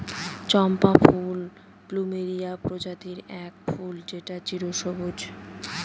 চম্পা ফুল প্লুমেরিয়া প্রজাতির এক ফুল যেটা চিরসবুজ